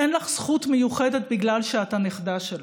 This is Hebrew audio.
אין לך זכות מיוחדת בגלל שאת הנכדה שלו,